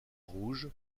rouge